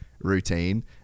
routine